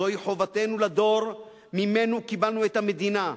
זוהי חובתנו לדור שממנו קיבלנו את המדינה.